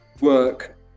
work